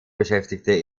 beschäftigte